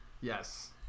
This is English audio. Yes